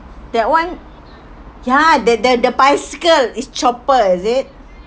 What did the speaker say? that one ya that the bicycle is chopper is it